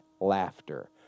laughter